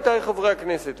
עמיתי חברי הכנסת,